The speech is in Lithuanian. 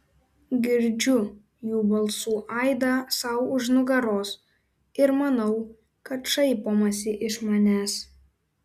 girdžiu jų balsų aidą sau už nugaros ir manau kad šaipomasi iš manęs